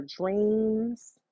dreams